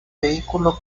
vehículo